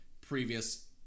previous